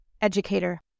educator